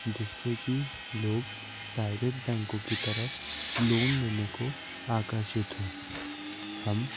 जिससे कि लोग प्राइवेट बैंकों की तरफ लोन लेने को आकर्षित हो हम